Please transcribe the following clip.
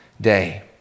day